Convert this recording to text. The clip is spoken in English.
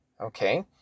Okay